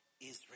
Israel